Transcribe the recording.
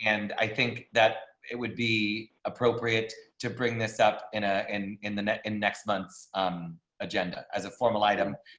and i think that it would be appropriate to bring this up in ah and in the next and next month. um agenda as a formal item.